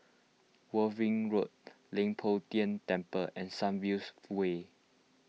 Worthing Road Leng Poh Tian Temple and Sunviews Way